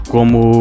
Como